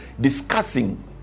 discussing